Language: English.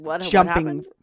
jumping